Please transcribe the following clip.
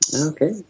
Okay